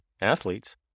athletes